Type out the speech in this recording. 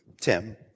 Tim